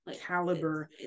caliber